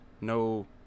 No